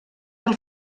del